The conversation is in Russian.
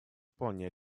вполне